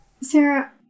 Sarah